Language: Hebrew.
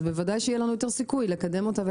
אז בוודאי שיהיה לנו יותר סיכוי לקדם אותה.